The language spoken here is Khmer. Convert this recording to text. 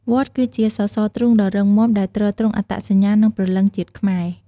វត្តគឺជា សសរទ្រូងដ៏រឹងមាំ ដែលទ្រទ្រង់អត្តសញ្ញាណ និងព្រលឹងជាតិខ្មែរ។